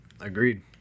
Agreed